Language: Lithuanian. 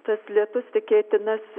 tas lietus tikėtinas